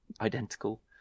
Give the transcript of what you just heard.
identical